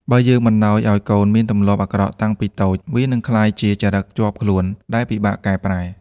បើយើងបណ្ដោយឱ្យកូនមានទម្លាប់អាក្រក់តាំងពីតូច វានឹងក្លាយជាចរិតជាប់ខ្លួនដែលពិបាកកែប្រែ។